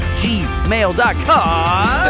gmail.com